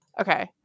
Okay